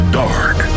dark